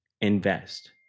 invest